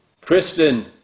Kristen